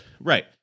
right